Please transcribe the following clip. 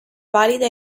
valida